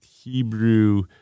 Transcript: Hebrew